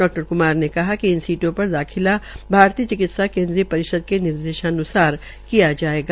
डॉ क्मार ने बताया कि इन सीटों पर दाखिला भारतीय चिकित्सा केन्द्रीय परिषद के निर्देशान्सार किया जाएगा